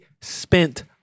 spent